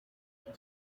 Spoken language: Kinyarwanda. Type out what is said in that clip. gaby